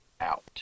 out